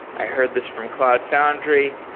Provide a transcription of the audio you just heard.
i heard this from cloud foundry.